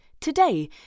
today